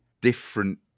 different